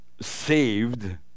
saved